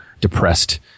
depressed